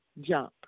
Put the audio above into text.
jump